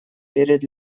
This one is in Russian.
перед